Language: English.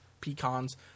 pecans